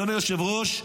אדוני היושב-ראש,